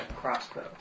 crossbow